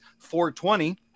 420